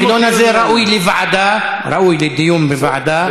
והסגנון הזה ראוי לדיון בוועדה.